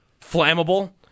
flammable